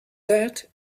that